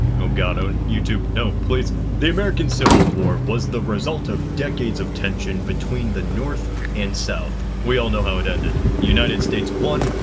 oh, god oh youtube no! please the american civil war was the result of decades of tension between the north and south. we all know how it ended. the united states won,